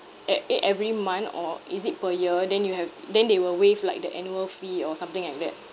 at eh every month or is it per year then you have then they will waive like the annual fee or something like that